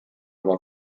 oma